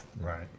Right